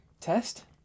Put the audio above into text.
test